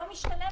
לא משתלם